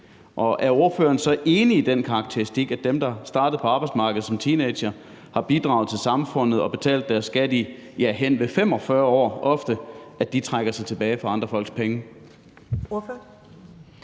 Er ordføreren så enig i den karakteristik, at dem, der startede på arbejdsmarkedet som teenagere og har bidraget til samfundet og betalt deres skat i, ja, ofte hen ved 45 år, trækker sig tilbage for andres folk penge?